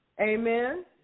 Amen